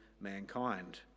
mankind